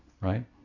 right